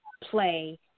play